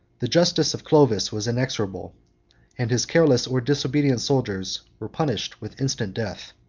the justice of clovis was inexorable and his careless or disobedient soldiers were punished with instant death.